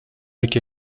avec